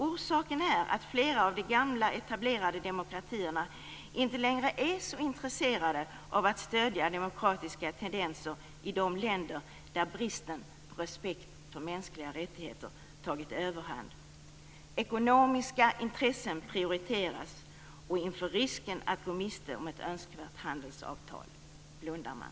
Orsaken är att flera av de gamla etablerade demokratierna inte längre är så intresserade av att stödja demokratiska tendenser i de länder där bristen på respekt för mänskliga rättigheter tagit överhand. Ekonomiska intressen prioriteras, och inför risken att gå miste om ett önskvärt handelsavtal blundar man.